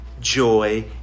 joy